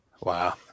Wow